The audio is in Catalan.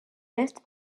est